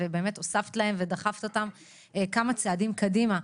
הוספת להם ודחפת אותם כמה צעדים קדימה.